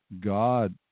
God